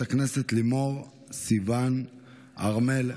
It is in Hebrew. חברת הכנסת לימור סיוון הר מלך.